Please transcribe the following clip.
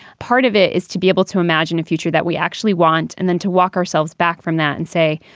part of it is to be able to imagine a future that we actually want and then to walk ourselves back from that and say,